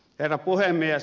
herra puhemies